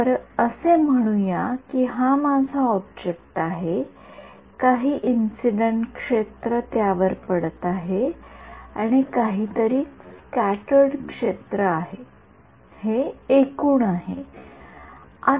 तर असे म्हणूया की हा माझा ऑब्जेक्ट आहे काही इंसिडेन्ट क्षेत्र त्यावर पडत आहे आणि काहीतरी स्क्याटर्ड क्षेत्र आहे हे एकूण आहे